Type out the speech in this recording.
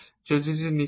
যদি এটি নিখুঁত হয়